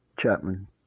Chapman